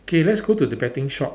K let's go to the betting shop